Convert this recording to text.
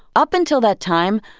up until that time,